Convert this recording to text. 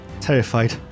terrified